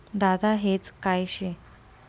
दादा हेज काय शे?